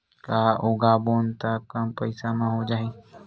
का उगाबोन त कम पईसा म हो जाही?